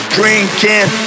Drinking